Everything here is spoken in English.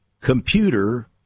computer